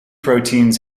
proteins